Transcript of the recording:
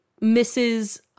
Mrs